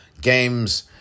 games